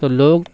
تو لوگ